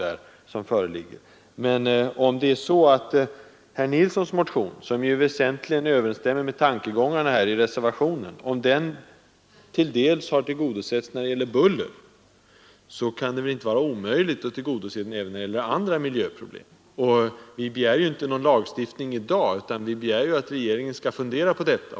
Men om det är så att önskemålen i herr Nilssons motion, som ju väsentligen överensstämmer med tankegångarna i reservationen, till dels har tillgodosetts när det gäller buller, kan det väl inte vara omöjligt att tillgodose önskemålen även när det gäller andra miljöproblem. Vi begär ju inte någon lagstiftning i dag utan endast att regeringen skall fundera på dessa frågor.